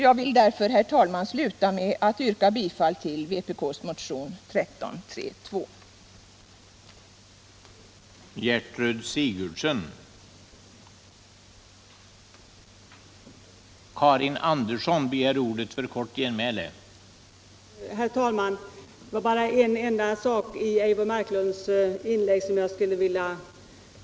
Jag vill därför, herr talman, sluta med att yrka bifall till vpk:s motion nr 1332.